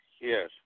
Yes